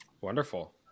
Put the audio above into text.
Wonderful